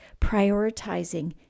prioritizing